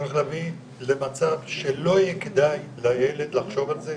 צריך להביא למצב שלא יהיה כדאי לילד לחשוב על זה,